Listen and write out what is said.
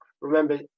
remember